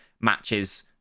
matches